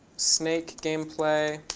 snake game play.